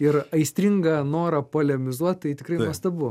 ir aistringą norą polemizuot tai tikrai nuostabu